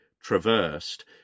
traversed